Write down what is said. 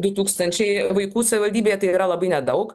du tūkstančiai vaikų savivaldybėje tai yra labai nedaug